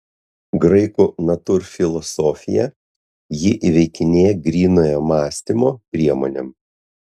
graikų natūrfilosofija jį įveikinėja grynojo mąstymo priemonėm